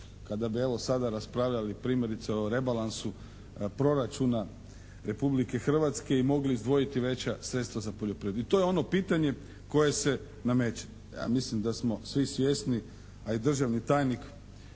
kada bi sada raspravljali primjerice o rebalansu proračuna Republike Hrvatske i mogli izdvojiti veća sredstva za poljoprivredu. I to je ono pitanje koje se nameće. Ja mislim da smo svi svjesni a i državni tajnik